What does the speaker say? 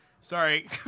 Sorry